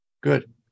Good